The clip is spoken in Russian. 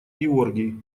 георгий